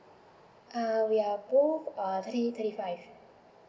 ah we are both uh turning thirty five